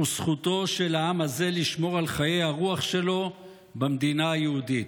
וזכותו של העם הזה לשמור על חיי הרוח שלו במדינה היהודית.